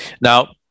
Now